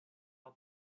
now